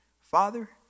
Father